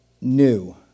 new